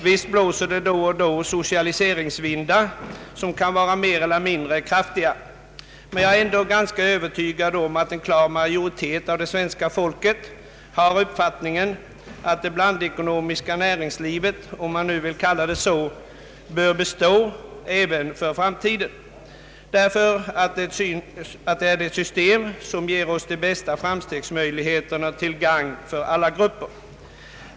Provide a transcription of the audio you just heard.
Visst blåser då och då sociali seringsvindar, som kan vara mer eller mindre kraftiga, men jag är ändå ganska övertygad om att en klar majoritet av det svenska folket har uppfattningen att det blandekonomiska näringslivet — om man nu vill kalla det så — bör bestå även i framtiden, därför att det är det system som ger oss de bästa framstegsmöjligheterna till gagn för alla grupper.